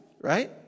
right